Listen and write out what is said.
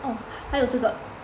哦还有这个